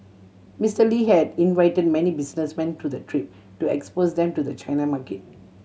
Mister Lee had invited many businessmen to the trip to expose them to the China market